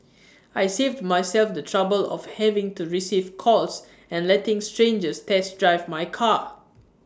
I saved myself the trouble of having to receive calls and letting strangers test drive my car